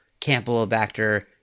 Campylobacter